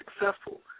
successful